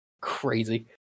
Crazy